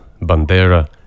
Bandera